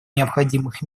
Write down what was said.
необходимых